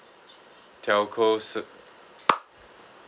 telco